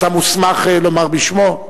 אתה מוסמך לומר בשמו?